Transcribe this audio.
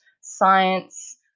science